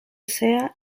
sea